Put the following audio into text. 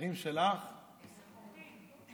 הדברים שלך נכוחים.